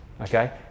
okay